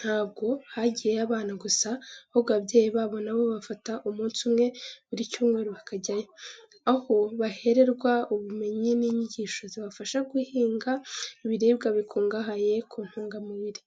ntabwo hagiyeyo abana gusa, ahubwo ababyeyi babo na bo bafata umunsi umwe buri cyumweru bakajyayo, aho bahererwa ubumenyi n’inyigisho zibafasha guhinga ibiribwa bikungahaye ku ntungamubiri.